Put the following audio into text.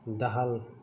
दाहाल